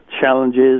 challenges